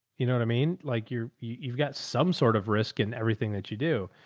you know what i mean? like you're, you've got some sort of risk in everything that you do,